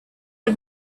are